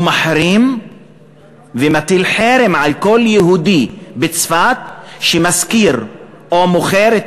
הוא מחרים ומטיל חרם על כל יהודי בצפת שמשכיר או מוכר את